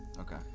Okay